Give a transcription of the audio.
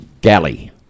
galley